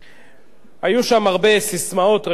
היו שם הרבה ססמאות ריקות מתוכן,